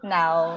now